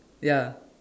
ya